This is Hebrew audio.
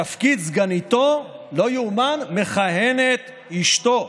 בתפקיד סגניתו, לא ייאמן, מכהנת אשתו.